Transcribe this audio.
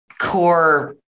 core